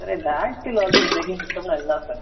sir இந்த anti locking braking சிஸ்டெம்ன்னா என்ன சார்